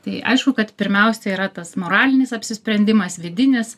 tai aišku kad pirmiausia yra tas moralinis apsisprendimas vidinis